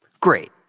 Great